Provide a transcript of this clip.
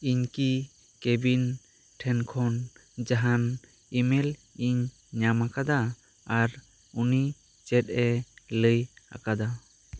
ᱤᱧ ᱠᱤ ᱠᱮᱹᱵᱤᱱ ᱴᱷᱮᱱ ᱠᱷᱚᱱ ᱡᱟᱦᱟᱸᱱ ᱤᱢᱮᱞ ᱤᱧ ᱧᱟᱢᱟᱠᱟᱫᱟ ᱟᱨ ᱩᱱᱤ ᱪᱮᱫᱼᱮ ᱞᱟᱹᱭ ᱟᱠᱟᱫᱟ